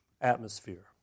atmosphere